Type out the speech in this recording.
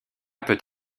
peut